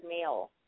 male